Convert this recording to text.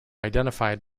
identified